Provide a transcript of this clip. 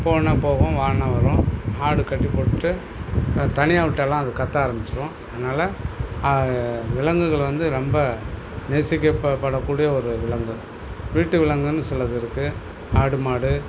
போன்னா போகும் வான்னா வரும் ஆடு கட்டி போட்டுவிட்டு தனியாக விட்டாலாம் அது கத்த ஆரம்மிச்சுரும் அதனால விலங்குகள் வந்து ரொம்ப நேசிக்கப்படக் கூடிய ஒரு விலங்கு வீட்டு விலங்குன்னு சிலது இருக்குது ஆடு மாடு